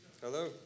Hello